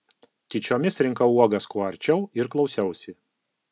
tyčiomis rinkau uogas kuo arčiau ir klausiausi